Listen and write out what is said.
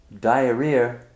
Diarrhea